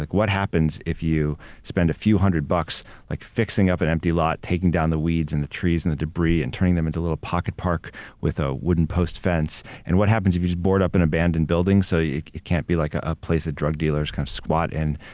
like what happens if you spend a few hundred bucks like fixing up an empty lot, taking down the weeds and the trees and the debris and turning them into little pocket park with a wooden post fence and what happens if you just board up an abandoned building so it can't be like a place that drug dealers kind of squat in.